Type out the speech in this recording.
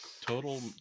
Total